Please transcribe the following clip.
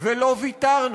ולא ויתרנו.